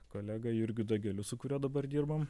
kolega jurgiu dageliu su kuriuo dabar dirbam